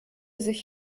sich